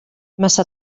massa